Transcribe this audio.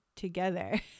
together